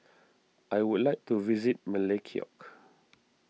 I would like to visit Melekeok